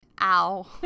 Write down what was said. Ow